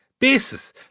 basis